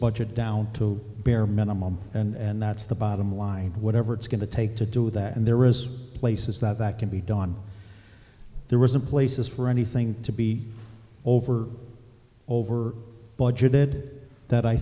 budget down to bare minimum and that's the bottom line whatever it's going to take to do that and there is places that that can be done there were some places for anything to be over over budgeted that i